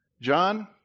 John